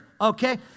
Okay